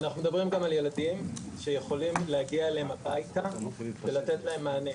ואנחנו מדברים גם על ילדים שיכולים להגיע אליהם הביתה ולתת להם מענה.